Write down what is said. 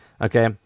Okay